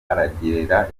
aragira